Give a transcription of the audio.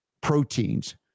proteins